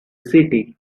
city